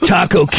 Taco